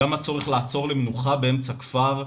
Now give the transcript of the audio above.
גם הצורך לעצור למנוחה באמצע כפר,